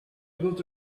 good